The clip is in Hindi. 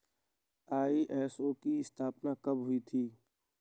आई.एस.ओ की स्थापना कब हुई थी?